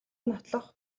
нотлох